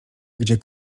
gdzie